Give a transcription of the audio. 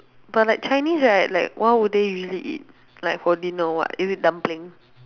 but like chinese right like what would they usually eat like for dinner or what is it dumpling